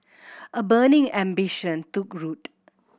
a burning ambition took root